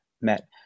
met